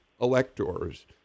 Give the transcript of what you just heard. electors